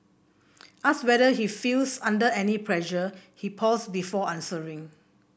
asked whether he feels under any pressure he pauses before answering